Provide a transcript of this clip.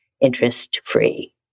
interest-free